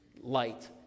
light